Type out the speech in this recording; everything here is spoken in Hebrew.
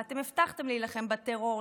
ואתם הבטחתם להילחם בטרור,